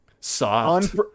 soft